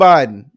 Biden